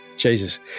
Jesus